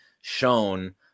shown